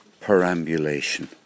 perambulation